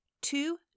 two